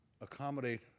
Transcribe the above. accommodate